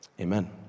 amen